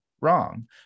wrong